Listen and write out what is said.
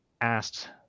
asked